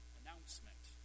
announcement